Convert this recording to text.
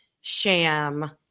sham